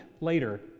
later